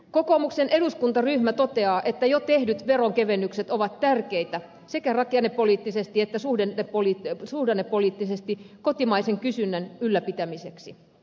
kokoomuksen eduskuntaryhmä toteaa että jo tehdyt veronkevennykset ovat tärkeitä sekä rakennepoliittisesti että suhdannepoliittisesti kotimaisen kysynnän ylläpitämiseksi